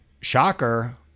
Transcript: Shocker